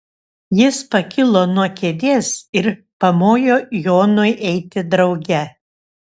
jis pakilo nuo kėdės ir pamojo jonui eiti drauge